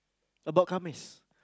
about come is